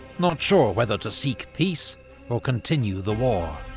not sure whether to seek peace or continue the war,